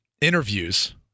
interviews